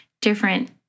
different